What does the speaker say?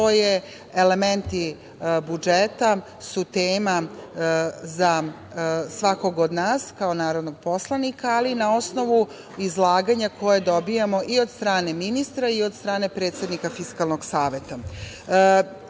elementi budžeta su tema za svakog od nas kao narodnog poslanika, ali na osnovu izlaganja koje dobijamo i od strane ministra i od strane predsednika Fiskalnog saveta. Na